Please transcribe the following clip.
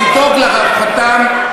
לדאוג לרווחתם.